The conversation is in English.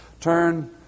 Turn